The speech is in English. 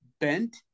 bent